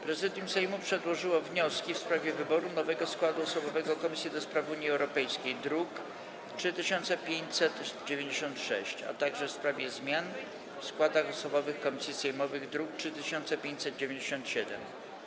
Prezydium Sejmu przedłożyło wnioski: - w sprawie wyboru nowego składu osobowego Komisji do Spraw Unii Europejskiej, druk nr 3596, - w sprawie zmian w składach osobowych komisji sejmowych, druk nr 3597.